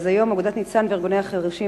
היום אגודת "ניצן" וארגוני החירשים